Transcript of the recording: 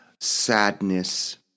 sadness